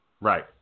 Right